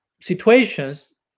situations